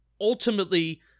ultimately